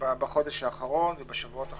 בחודש האחרון ובשבועות האחרונים.